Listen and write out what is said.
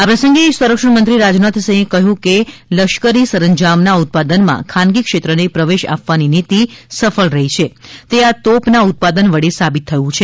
આ પ્રસંગે સંરક્ષણમંત્રી રાજનાથ સિંઘે કહ્યું હતું કે લશ્કરી સરંજામના ઉત્પાદનમા ખાનગી ક્ષેત્રને પ્રવેશ આપવાની નીતિ સફળ રહી છે તે આ તોપના ઉત્પાદન વડે સાબિત થયું છે